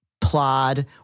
plod